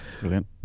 Brilliant